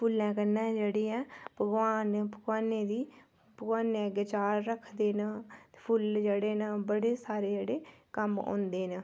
फुल्लें कन्नै जेह्ड़ी ऐ भगोआन भगोआनें दी भगोआनें अग्गें चाढ़ रखदे न फुल्ल न जेह्ड़े न बड़े सारे कम्म औंदे न